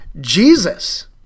Jesus